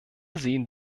sehen